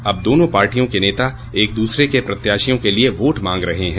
अब दोनों पार्टियों के नेता एक दूसरे के प्रत्याशियों के लिए वोट मांग रहे हैं